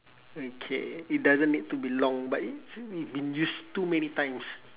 okay it doesn't need to be long but it's been used too many times